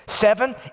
Seven